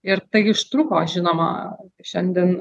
ir tai užtruko žinoma šiandien